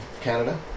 Canada